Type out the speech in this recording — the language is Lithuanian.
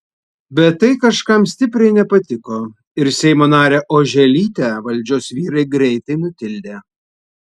bet tai kažkam stipriai nepatiko ir seimo narę oželytę valdžios vyrai greitai nutildė